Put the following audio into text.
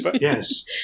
yes